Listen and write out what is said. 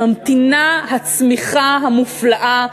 ממתינה הצמיחה המופלאה,